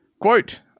Quote